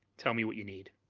tell me what you need.